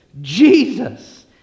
Jesus